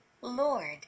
Lord